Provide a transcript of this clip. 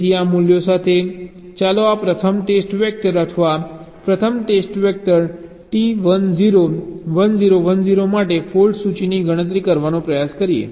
તેથી આ મૂલ્યો સાથે ચાલો આ પ્રથમ ટેસ્ટ વેક્ટર અથવા પ્રથમ ટેસ્ટ વેક્ટર T1 0 1 0 1 0 માટે ફોલ્ટ સૂચિની ગણતરી કરવાનો પ્રયાસ કરીએ